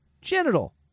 genital